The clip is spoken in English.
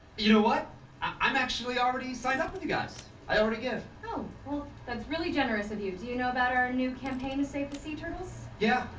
you know what? i i'm actually already signed up with you guys. i already give! oh, well, that's really generous of you. do you know about our new campaign to save the sea turtles? yeah.